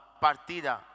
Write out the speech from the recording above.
partida